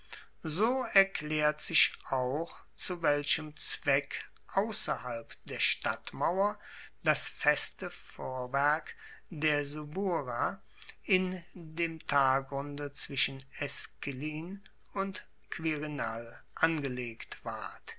so erklaert sich auch zu welchem zweck ausserhalb der stadtmauer das feste vorwerk der subura in dem talgrunde zwischen esquilin und quirinal angelegt ward